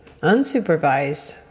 unsupervised